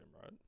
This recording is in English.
right